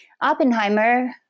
Oppenheimer